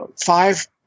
five